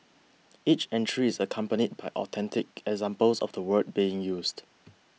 each entry is accompanied by authentic examples of the word being used